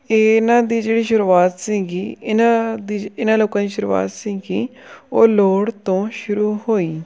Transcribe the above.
ਇਹਨਾਂ ਦੀ ਜਿਹੜੀ ਸ਼ੁਰੂਆਤ ਸੀਗੀ ਇਹਨਾਂ ਦੀ ਇਹਨਾਂ ਲੋਕਾਂ ਦੀ ਸ਼ੁਰੂਆਤ ਸੀਗੀ ਉਹ ਲੋੜ ਤੋਂ ਸ਼ੁਰੂ ਹੋਈ